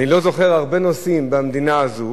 אני לא זוכר הרבה נושאים במדינה הזאת